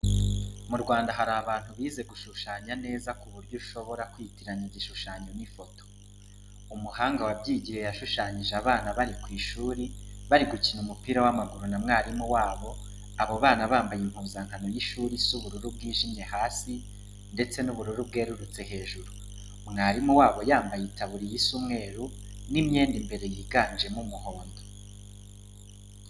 Mu Rwanda hari abantu bize gushushanya neza ku buryo ushobora kwitiranya igishushanyo n'ifoto. Umuhanga wabyigiye yashushanyije abana bari kwishuri bari gukina umupira w'amaguru na mwarimu wabo, abo bana bambaye impuzankano y'ishuri isa ubururu bwijimye hasi, ndetse n'ubururu bwerurutse hejuru. Mwarimu wabo yambaye itaburiya isa umweru, n'imyenda imbere yiganjemo umuhondo.